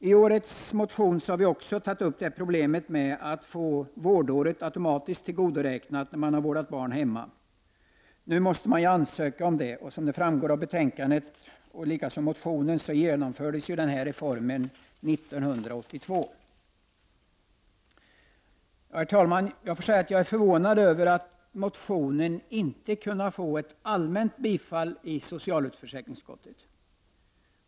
I årets motion har vi också tagit upp problemet med att få vårdåret automatiskt tillgodoräknat när man har vårdat barn hemma. Nu måste man ansöka om det. Som framgår av såväl betänkandet som motionen genomfördes reformen 1982. Herr talman! Jag måste säga att jag är förvånad över att motionen inte kunnat vinna allmänt bifall i socialförsäkringsutskottet.